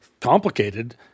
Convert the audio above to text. complicated